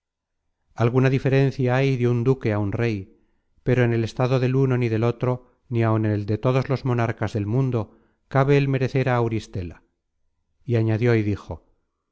alguna diferencia hay de un duque á un rey pero en el estado del uno ni del otro ni áun en el de todos los monarcas del mundo cabe el merecer á auristela y añadió y dijo